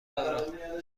دارد